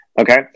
Okay